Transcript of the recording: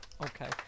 Okay